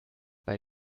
bei